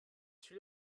celui